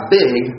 big